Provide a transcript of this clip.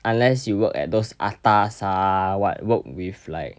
unless you work at those atas ah what work with like